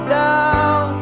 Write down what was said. down